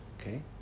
Okay